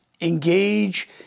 engage